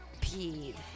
peed